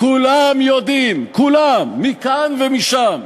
כולם יודעים, כולם, מכאן ומשם,